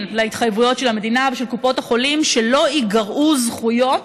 להתחייבויות של המדינה ושל קופות החולים שלא ייגרעו זכויות